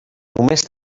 només